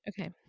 okay